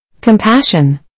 Compassion